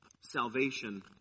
Salvation